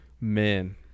man